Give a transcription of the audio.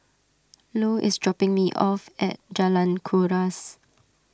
Ilo is dropping me off at Jalan Kuras